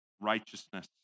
righteousness